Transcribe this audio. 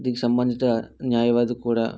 దినికి సంబంధిత న్యాయవాది కూడా